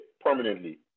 permanently